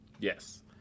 Yes